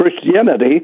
Christianity